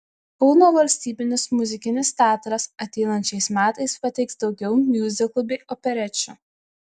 kauno valstybinis muzikinis teatras ateinančiais metais pateiks daugiau miuziklų bei operečių